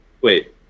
Wait